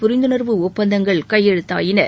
புரிந்துணர்வு ஒப்பந்தங்கள் கையெழுத்தாகியுள்ளன